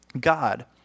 God